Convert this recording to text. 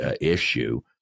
issue